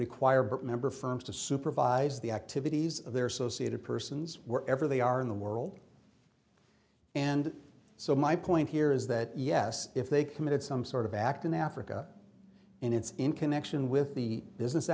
require member firms to supervise the activities of their associated persons were ever they are in the world and so my point here is that yes if they committed some sort of act in africa and it's in connection with the business